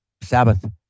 Sabbath